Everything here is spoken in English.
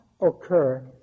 occur